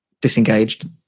disengaged